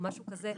משהו כזה.